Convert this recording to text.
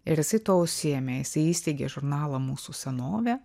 ir jisai tuo užsiėmė jisai įsteigė žurnalą mūsų senovė